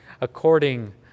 According